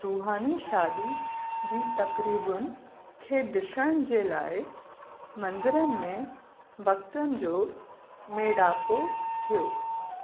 रुहानी शादी जी तक़रीबुनि खे डिसण जे लाइ मंदरनि में भक्तनि जो मेड़ापो थियो